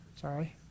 Sorry